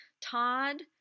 Todd